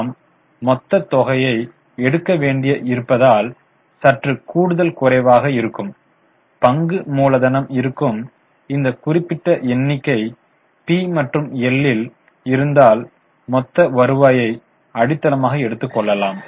நாம் மொத்த தொகையை எடுக்க வேண்டி இருப்பதால் சற்று கூடுதல் குறைவாக இருக்கும் பங்கு மூலதனம் இருக்கும் இந்த குறிப்பிட்ட எண்ணிக்கை பி மற்றும் எல் ல் இருந்தால் மொத்த வருவாயை அடித்தளமாக எடுத்து கொள்ளலாம்